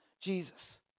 Jesus